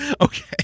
Okay